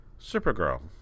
Supergirl